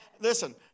Listen